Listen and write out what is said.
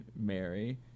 Mary